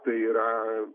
tai yra